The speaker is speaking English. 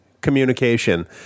communication